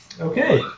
Okay